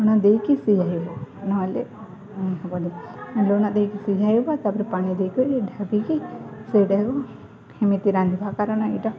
ଲୁଣ ଦେଇକି ସିଝେଇବ ନହେଲେ ହେବନି ଲୁଣ ଦେଇକି ସିଝାଇବ ତାପରେ ପାଣି ଦେଇକରି ଢାକିକି ସେଇଟାକୁ ସେମିତି ରାନ୍ଧିବ କାରଣ ଏଇଟା